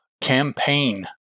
Campaign